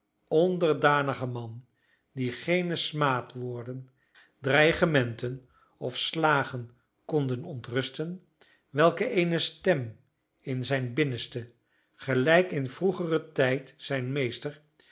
onderdanige man die geene smaadwoorden dreigementen of slagen konden ontrusten welke eene stem in zijn binnenste gelijk in vroegeren tijd zijn meester